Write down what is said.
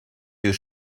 you